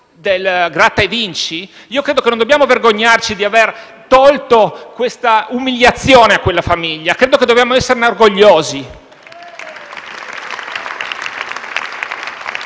del gratta e vinci? Credo che non dobbiamo vergognarci di aver tolto questa umiliazione a quella famiglia. Credo che dobbiamo esserne orgogliosi.